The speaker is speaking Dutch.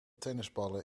tennisballen